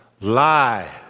Lie